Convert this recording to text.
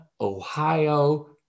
Ohio